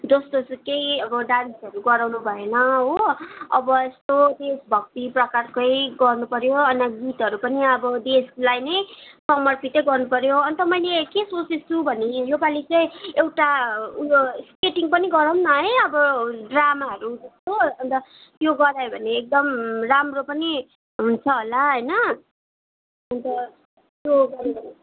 जस्तो सुकै अब डान्सहरू गराउनु भएन हो अब यस्तो देशभक्ति प्रकारकै गर्नुपऱ्यो अनि गीतहरू पनि अब देशलाई नै समर्पितै गर्नु पऱ्यो अन्त मैले के सोचेको छु भने योपालि चाहिँ एउटा उयो पनि गरौँ न है अब ड्रामाहरू जस्तो अन्त त्यो गरायो भने एकदम राम्रो पनि हुन्छ होला होइन अन्त त्यो